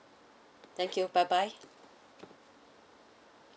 thank you bye bye